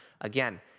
Again